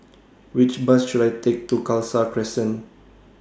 Which Bus should I Take to Khalsa Crescent